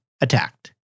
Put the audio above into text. attacked